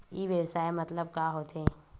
ई व्यवसाय मतलब का होथे?